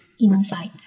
Insights